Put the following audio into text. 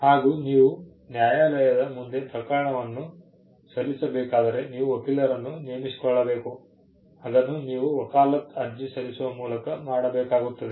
ಹಾಗೂ ನೀವು ನ್ಯಾಯಾಲಯದ ಮುಂದೆ ಪ್ರಕರಣವನ್ನು ಸಲ್ಲಿಸಬೇಕಾದರೆ ನೀವು ವಕೀಲರನ್ನು ನೇಮಿಸಿಕೊಳ್ಳಬೇಕು ಅದನ್ನು ನೀವು ವಕಾಲತ್ ಅರ್ಜಿ ಸಲ್ಲಿಸುವ ಮೂಲಕ ಮಾಡಬೇಕಾಗುತ್ತದೆ